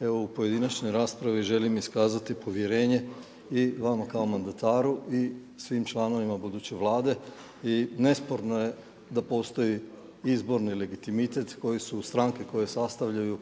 Evo u pojedinačnoj raspravi želim iskazati povjerenje i vama kao mandataru i svim članovima buduće Vlade i nesporno je da postoji izborni legitimitet koji su stranke koje sastavljaju